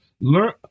learn